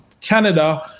Canada